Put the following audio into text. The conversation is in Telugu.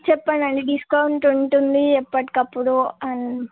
చెప్పండండి డిస్కౌంట్ ఉంటుంది ఎప్పటికప్పుడు అండ్